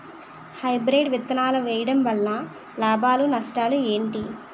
Hybrid విత్తనాలు వేయటం వలన లాభాలు నష్టాలు ఏంటి?